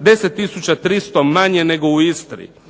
10300 manje nego u Istri.